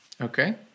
Okay